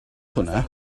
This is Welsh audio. hwnna